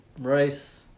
Rice